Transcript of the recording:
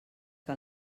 que